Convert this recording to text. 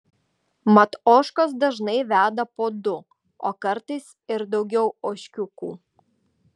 mat ožkos dažnai veda po du o kartais ir daugiau ožkiukų